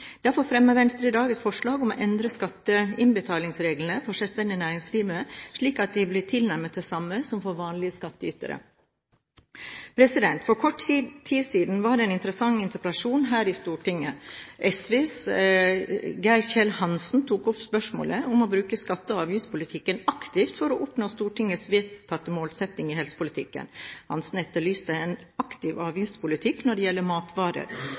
Derfor fremmer Venstre i dag et forslag om å endre skatteinnbetalingsreglene for selvstendig næringsdrivende slik at de blir tilnærmet de samme som for vanlige skattytere. For kort tid siden var det en interessant interpellasjon her i Stortinget, SVs Geir-Ketil Hansen tok opp spørsmålet om å bruke skatte- og avgiftspolitikken aktivt for å oppnå Stortingets vedtatte målsetting i helsepolitikken. Hansen etterlyste en aktiv avgiftspolitikk når det gjelder matvarer: